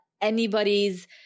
anybody's